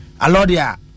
Alodia